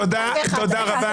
תודה רבה.